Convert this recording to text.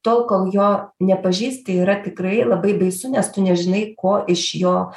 tol kol jo nepažįsti yra tikrai labai baisu nes tu nežinai ko iš jo